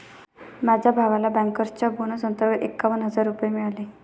माझ्या भावाला बँकर्सच्या बोनस अंतर्गत एकावन्न हजार रुपये मिळाले